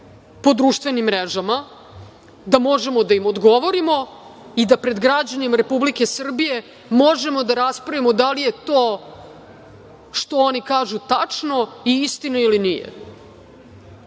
po društvenim mrežama da možemo da im odgovorimo i da pred građanima Republike Srbije možemo da raspravimo da li je to što oni kažu tačno i istina ili nije.